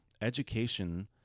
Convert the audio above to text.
education